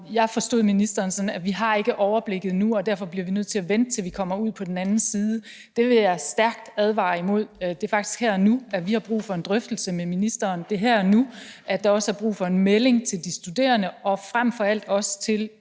jeg forstod ministeren sådan, at vi ikke har overblikket nu, og at vi derfor bliver nødt til at vente, til vi kommer ud på den anden side. Det vil jeg stærkt advare imod – det er faktisk her og nu, at vi har brug for en drøftelse med ministeren; det er her nu, at der også er brug for en melding til de studerende og frem for alt også til